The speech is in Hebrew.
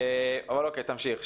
אבל תמשיך.